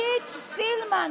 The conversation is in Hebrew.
עידית סילמן,